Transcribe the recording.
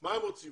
מה הם רוצים?